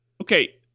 Okay